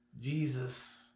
Jesus